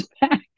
back